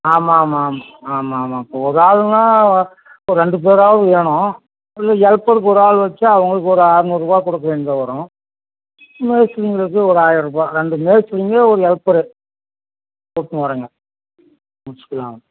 ஆமாம் ஆமாம் ஆமாம் ஆமாம் ஆமாம் இப்போ ஒரு ஆளுன்னா ஒரு ரெண்டு பேராவது வேணும் இல்லை ஹெல்ப்பருக்கு ஒரு ஆள் வெச்சால் அவங்களுக்கு ஒரு ஆர்நூறுவா கொடுக்க வேண்டி வரும் மேஸ்திரிங்களுக்கு ஒரு ஆயர்ரூபா ரெண்டு மேஸ்திரிங்க ஒரு ஹெல்ப்பரு கூட்டினு வர்றேன்ங்க முடிச்சுக்கலாம்